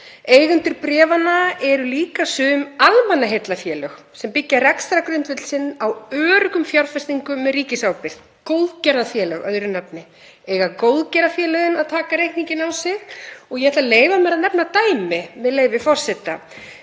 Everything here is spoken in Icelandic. Eigendur bréfanna eru líka sum almannaheillafélög sem byggja rekstrargrundvöll sinn á öruggum fjárfestingum með ríkisábyrgð, góðgerðarfélög öðru nafni. Eiga góðgerðarfélögin að taka reikninginn á sig? Ég ætla að leyfa mér að nefna dæmi sem birtist